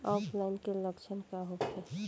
ऑफलाइनके लक्षण का होखे?